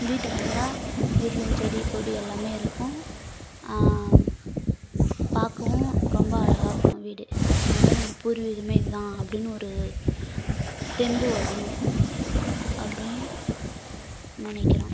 வீட்டுக்கு வந்தா வீட்லையும் செடி கொடி எல்லாமே இருக்கும் பார்க்கவும் ரொம்ப அழகாக இருக்கும் வீடு அதனால நம்ப பூர்வீகமே இதான் அப்படினு ஒரு தெம்பு வருன்னு அப்படி நினைக்கிறோம்